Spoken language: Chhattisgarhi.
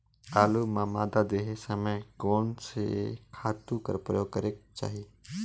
आलू ल मादा देहे समय म कोन से खातु कर प्रयोग करेके चाही?